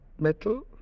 metal